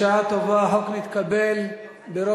בשעה טובה החוק מתקבל בקריאה שלישית,